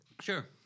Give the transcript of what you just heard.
Sure